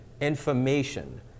information